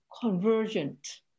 convergent